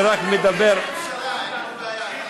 פשרה, אין לנו בעיה.